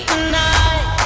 Tonight